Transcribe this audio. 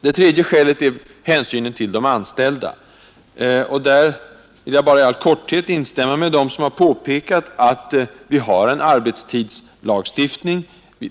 Det tredje skälet är hänsynen till de anställda. Där vill jag bara i all korthet instämma med dem som har påpekat att vi har en arbetstidslagstiftning.